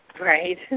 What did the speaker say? Right